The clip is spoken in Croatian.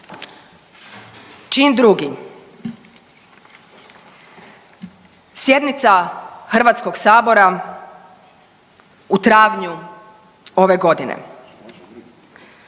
Čin drugi. Sjednica HS-a u travnju ove godine.